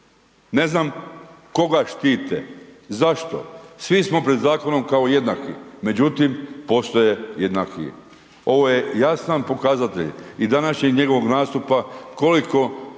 Ne znam koga štite, zašto? Svi smo pred zakonom kao jednaki međutim postoje jednakiji. Ovo je jasan pokazatelj i današnjeg njegovog nastupa, koliko